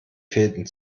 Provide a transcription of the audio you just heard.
fäden